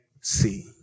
see